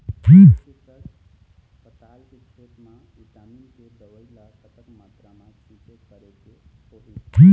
एक एकड़ पताल के खेत मा विटामिन के दवई ला कतक मात्रा मा छीचें करके होही?